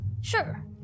Sure